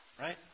right